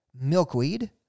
milkweed